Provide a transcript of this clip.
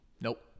Nope